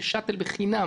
יהיה שאטל בחינם